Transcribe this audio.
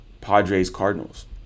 Padres-Cardinals